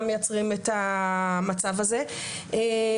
אבל אנחנו נוער נושר